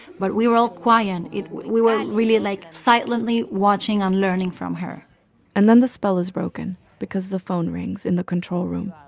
but we were all quiet, and we were really, like, silently watching and learning from her and then the spell is broken because the phone rings in the control room.